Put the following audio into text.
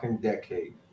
decade